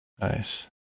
Nice